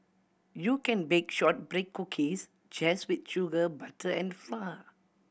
you can bake shortbread cookies just with sugar butter and flour